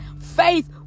faith